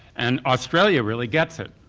and australia really gets it.